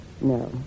No